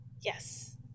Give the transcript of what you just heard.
Yes